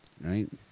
right